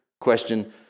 question